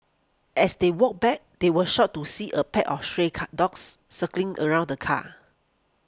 as they walked back they were shocked to see a pack of stray car dogs circling around the car